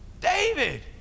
David